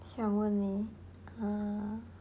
想问你 mm